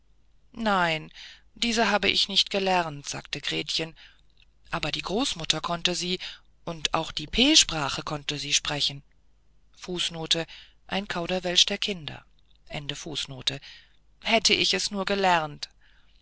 nein diese habe ich nicht gelernt sagte gretchen aber die großmutter konnte sie und auch die p sprache konnte sie sprechen hätte ich es nur gelernt